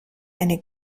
eine